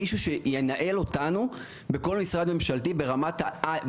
מישהו שינהל אותנו בכל משרד ממשלתי ברמת על.